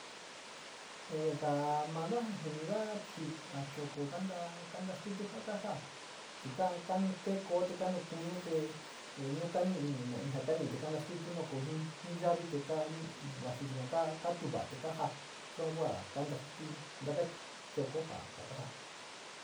Te ja mada jaa jinida chu a choko kantáá, kantastutu ja ka jaa chi ka ja kanu kee koo te kanu te nu kaniti ino ja koni´iti te kanastutu ioko jei yate, kaa yuka joo ka katu va´ati kaja sua kua kantastatutu ntaka choko ja jakaja´a.